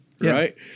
Right